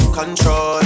Control